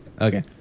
Okay